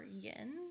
yin